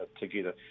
Together